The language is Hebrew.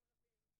תודה.